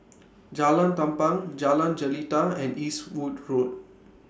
Jalan Tampang Jalan Jelita and Eastwood Road